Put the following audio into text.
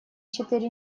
четыре